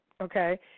okay